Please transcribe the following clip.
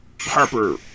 Harper